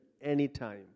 anytime